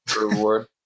Reward